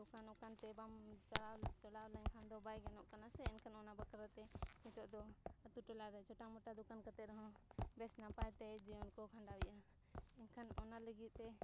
ᱱᱚᱝᱠᱟ ᱱᱚᱝᱠᱟ ᱛᱮ ᱵᱟᱢ ᱵᱟᱢ ᱪᱟᱞᱟᱣ ᱞᱮᱱᱠᱷᱟᱱ ᱫᱚ ᱵᱟᱭ ᱜᱟᱱᱚᱜ ᱠᱟᱱᱟ ᱥᱮ ᱮᱱᱠᱷᱟᱱ ᱚᱱᱟ ᱵᱟᱠᱷᱨᱟᱛᱮ ᱱᱤᱛᱳᱜ ᱫᱚ ᱟᱛᱳ ᱴᱚᱞᱟ ᱨᱮ ᱪᱚᱴᱟ ᱢᱚᱴᱟ ᱫᱚᱠᱟᱱ ᱠᱟᱛᱮ ᱨᱮᱦᱚᱸ ᱵᱮᱥ ᱱᱟᱯᱟᱭ ᱛᱮ ᱡᱤᱭᱚᱱ ᱠᱚ ᱠᱷᱟᱸᱰᱟᱣᱮᱜᱼᱟ ᱮᱱᱠᱷᱟᱱ ᱚᱱᱟ ᱞᱟᱹᱜᱤᱫ ᱛᱮ